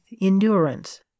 endurance